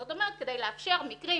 זאת אומרת, כדי לאפשר מקרים